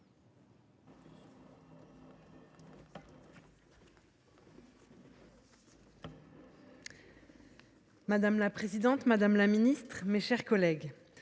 Madame la présidente, madame la ministre, mes chers collègues,